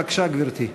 בבקשה, גברתי.